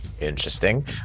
interesting